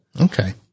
Okay